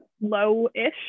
low-ish